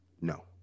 no